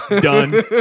done